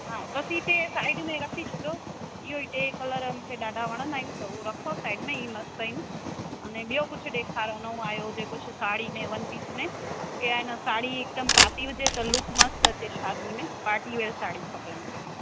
हा बसि ई टे साइड में रखी छॾो इहो ई टे कलर मूंखे ॾाढा वणंदा आहिनि त उहो रखो साइड में इहा मस्तु आहिनि अने ॿियों कुझु ॾेखारो नओं आयो हुजे कुझु साड़ी में वन पीस में की आहे न साड़ी हिकदमि पाती हुजे त लुक मस्तु अचे शादी में पार्टी वियर साड़ी खपे मूंखे